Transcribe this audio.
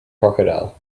crocodile